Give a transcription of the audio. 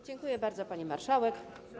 Dziękuję bardzo, pani marszałek.